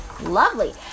lovely